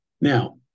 Now